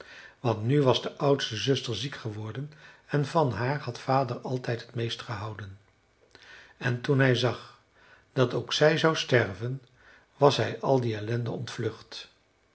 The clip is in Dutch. want nu was de oudste zuster ziek geworden en van haar had vader altijd t meest gehouden en toen hij zag dat ook zij zou sterven was hij al die ellende ontvlucht